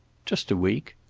just a week.